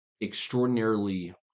extraordinarily